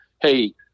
hey